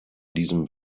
diesem